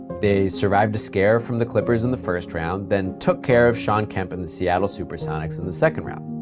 they survived a scare from the clippers in the first round then took care of shawn kemp and the seattle supersonics in the second round.